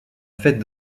fête